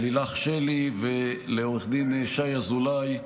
לילך שלי ולעו"ד שי אזולאי,